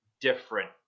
different